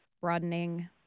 broadening